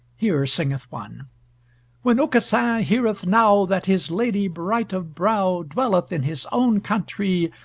here singeth one when aucassin heareth now that his lady bright of brow dwelleth in his own countrie,